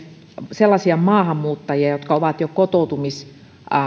sellaisia maahanmuuttajia jotka ovat jo kotoutumistuen